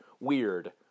weird